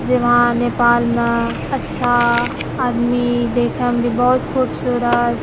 जे वहाँ नेपालमे अच्छा आदमी देखैमे भी बहुत खूबसूरत